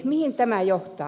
mihin tämä johtaa